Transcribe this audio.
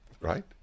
Right